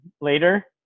later